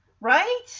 right